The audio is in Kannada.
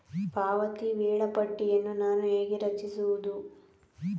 ಪಾವತಿ ವೇಳಾಪಟ್ಟಿಯನ್ನು ನಾನು ಹೇಗೆ ರಚಿಸುವುದು?